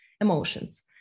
emotions